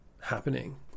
happening